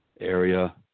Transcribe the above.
area